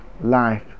life